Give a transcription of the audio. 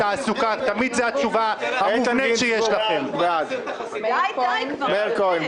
בעד איתן גינזבורג בעד מאיר כהן,